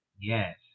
Yes